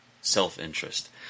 self-interest